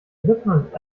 different